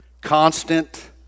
Constant